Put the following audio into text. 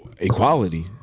equality